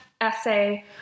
essay